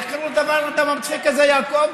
איך קראת לדבר הזה, יעקב?